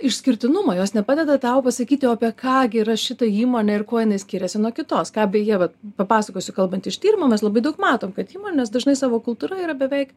išskirtinumą jos nepadeda tau pasakyti o apie ką gi yra šita įmonė ir kuo jinai skiriasi nuo kitos ką beje vat papasakosiu kalbant iš tyrimo mes labai daug matom kad įmonės dažnai savo kultūra yra beveik